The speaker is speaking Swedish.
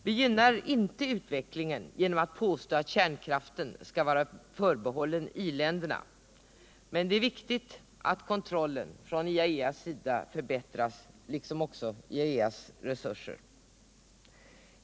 Vi gynnar inte utvecklingen genom att påstå att kärnkraften skall vara förbehållen i-länderna, men det är viktigt att kontrollen från IAEA:s sida förbättras liksom också IA EA:s resurser.